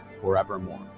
forevermore